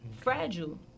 fragile